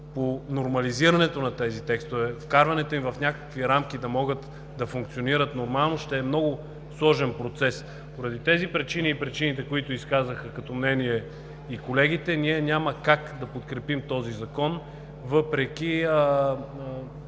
по нормализирането на тези текстове, вкарването им в някакви рамки, за да могат да функционират нормално, ще е много сложен процес. Поради тези причини и причините, които изказаха като мнение и колегите, ние няма как да подкрепим този закон, въпреки